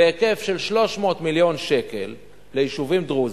בהיקף של 300 מיליון שקל ליישובים דרוזיים,